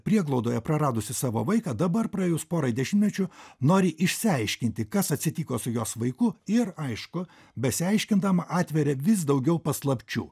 prieglaudoje praradusi savo vaiką dabar praėjus porai dešimtmečių nori išsiaiškinti kas atsitiko su jos vaiku ir aišku besiaiškindama atveria vis daugiau paslapčių